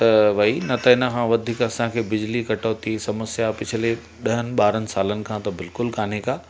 त वई न त न इन खां वधीक असांखे बिजली कटोती समस्या पिछले ॾहनि ॿारनि सालनि खां त बिल्कुलु कोन्हे का